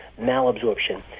malabsorption